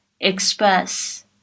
express